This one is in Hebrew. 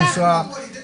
סליחה, חבר הכנסת מקלב,